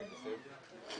ממשיכים.